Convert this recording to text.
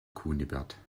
kunibert